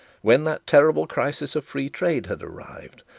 when that terrible crisis of free trade had arrived,